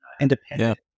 independent